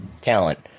talent